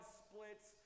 splits